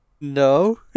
No